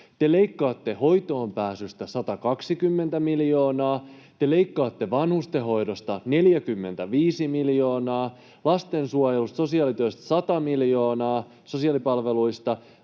te leikkaatte hoitoonpääsystä 120 miljoonaa, te leikkaatte vanhustenhoidosta 45 miljoonaa, lastensuojelusta ja sosiaalityöstä 100 miljoonaa, eli sosiaalipalveluista,